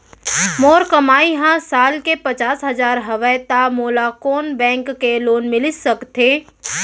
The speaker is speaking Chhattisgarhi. मोर कमाई ह साल के पचास हजार हवय त मोला कोन बैंक के लोन मिलिस सकथे?